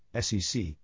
SEC